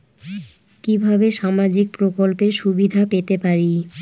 কিভাবে সামাজিক প্রকল্পের সুবিধা পেতে পারি?